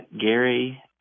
Gary